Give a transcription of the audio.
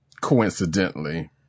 Coincidentally